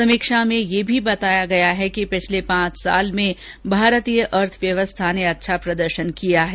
समीक्षा में यह भी बताया गया है कि पिछले पांच वर्ष में भारतीय अर्थव्यवस्था ने अच्छा प्रदर्शन किया है